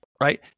right